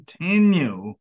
continue